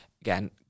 Again